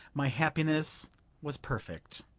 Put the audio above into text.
my happiness was perfect.